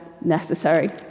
necessary